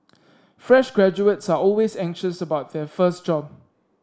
fresh graduates are always anxious about their first job